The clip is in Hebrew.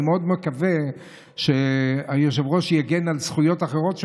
אני מאוד מקווה שהיושב-ראש יגן על זכויות אחרות שלנו,